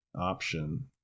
option